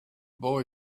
boy